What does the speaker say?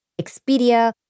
Expedia